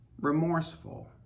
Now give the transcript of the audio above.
remorseful